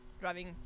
driving